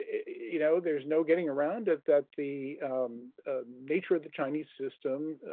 you know, there's no getting around it that the nature of the chinese system